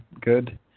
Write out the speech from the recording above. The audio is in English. good